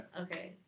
Okay